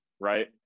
Right